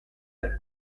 del